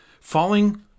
Falling